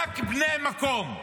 רק בני המקום,